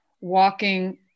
walking